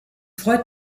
freut